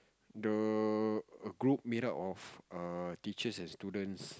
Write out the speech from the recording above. the group made up of err teachers and students